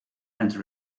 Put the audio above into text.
and